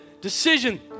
decision